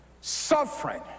suffering